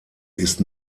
ist